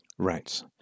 Right